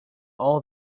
all